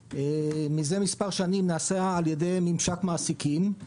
מזה מספר שנים נעשה על ידי ממשק מעסיקים.